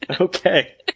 Okay